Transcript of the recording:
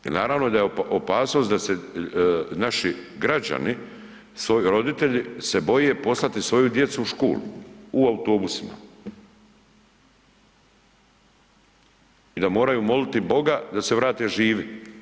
Jer naravno da je opasnost da se naši građani svoji roditelji se boje poslati svoju djecu u školu u autobusima i da moraju moliti Boga da se vrate živi.